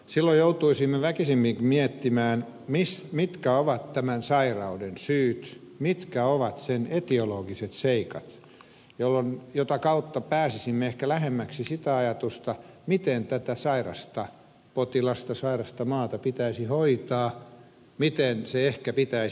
silloin joutuisimme väkisin miettimään mitkä ovat tämän sairauden syyt mitkä ovat sen etiologiset seikat mitä kautta pääsisimme ehkä lähemmäksi sitä ajatusta miten tätä sairasta potilasta sairasta maata pitäisi hoitaa miten se ehkä pitäisi parantaa